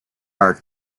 are